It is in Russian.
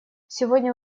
сегодня